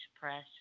press